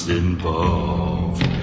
involved